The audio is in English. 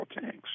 tanks